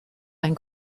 ein